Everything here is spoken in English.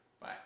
Bye